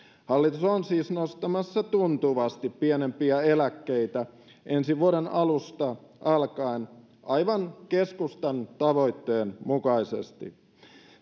hallitus on siis nostamassa tuntuvasti pienimpiä eläkkeitä ensi vuoden alusta alkaen aivan keskustan tavoitteen mukaisesti